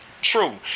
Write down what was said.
true